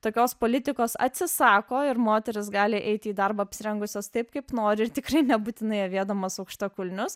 tokios politikos atsisako ir moterys gali eiti į darbą apsirengusios taip kaip nori ir tikrai nebūtinai avėdamos aukštakulnius